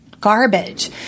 garbage